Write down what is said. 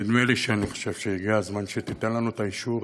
נדמה לי שהגיע הזמן שתיתן לנו את האישור